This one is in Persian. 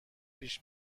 پیش